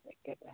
একেটা